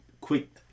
quick